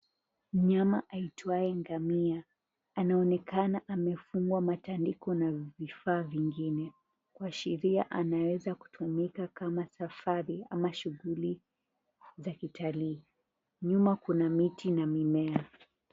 Mnyama aitwaye ngamia. Anaonekana amefungwa matandiko na vifaa vingine, kuashiria anaweza kutumika kama safari ama shughuli za kitalii. Nyuma kuna miti na mimea.